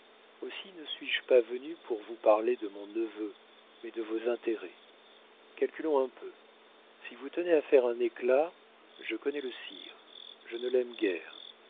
aussi ne suis-je pas venu pour vous parler de mon neveu mais de vos intérêts calculons un peu si vous tenez à faire un éclat je connais le sire je ne l'aime guère